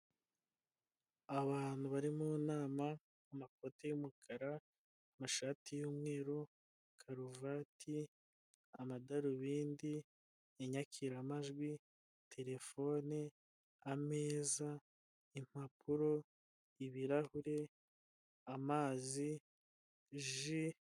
Abantu bari mu nama amakote y'umukara, amashati y'umweru, karuvati, amadarubindi, inyakiramajwi, telefone, ameza impapuro, ibirahure, amazi, ji.